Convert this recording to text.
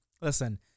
Listen